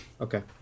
Okay